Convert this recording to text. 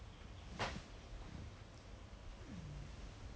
七年 so 他讲有 seven months lor then after that